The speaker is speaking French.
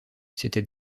c’était